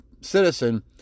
citizen